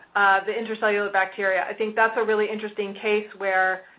the intracellular bacteria. i think that's a really interesting case where,